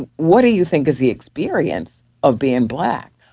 what do you think is the experience of being black?